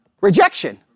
Rejection